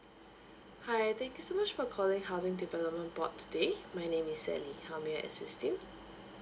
hi thank you so much for calling housing development board today my name is sally how may I assist you